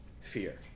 fear